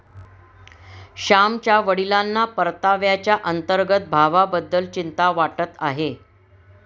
श्यामच्या वडिलांना परताव्याच्या अंतर्गत भावाबद्दल चिंता वाटत आहे